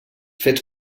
fets